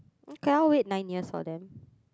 okay I will wait nine years for them